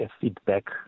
feedback